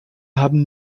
haben